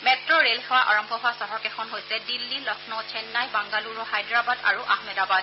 মেট্ ৰ'ল সেৱা আৰম্ভ হোৱা চহৰকেইখন হৈছে দিল্লী লক্ষ্ণৌ চেন্নাই বাংগালুৰু হায়দৰাবাদ আৰু আহমেদাবাদ